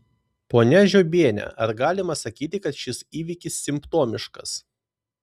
ponia žiobiene ar galima sakyti kad šis įvykis simptomiškas